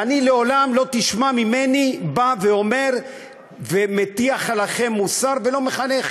ולעולם לא תשמע ממני בא ואומר ומטיח בכם מוסר ולא מחנך,